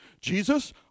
Jesus